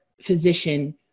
physician